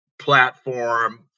Platform